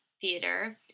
theater